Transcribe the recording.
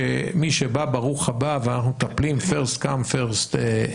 מי שבא ברוך הבא ואנחנו מטפלים ראשון בא ראשון נכנס,